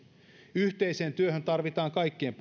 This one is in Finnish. yhteiseen työhön tarvitaan kaikkien